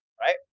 right